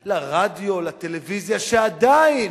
לרדיו, לטלוויזיה, לתקשורת שעדיין,